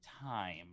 time